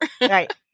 Right